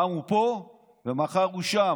פעם הוא פה ומחר הוא שם.